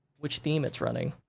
which theme it's running.